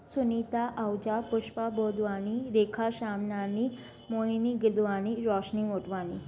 Sunita Ahuja Pushpa Bodhwani Rekha Shamnani Mohini Gidhwani Roshni Motwani